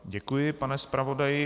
Děkuji, pane zpravodaji.